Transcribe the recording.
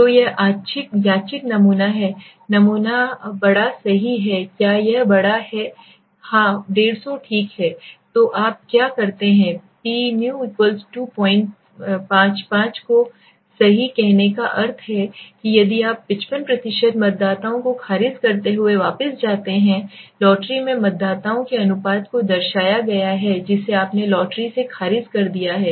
तो यह यादृच्छिक नमूना है नमूना बड़ा सही है क्या यह बड़ा हाँ 150 ठीक है तो आप क्या करते हैं pu 55 को सही कहने का अर्थ है कि यदि आप 55 मतदाताओं को खारिज करते हुए वापस जाते हैं लॉटरी में मतदाताओं के अनुपात को दर्शाया गया है जिसे आपने लॉटरी से खारिज कर दिया है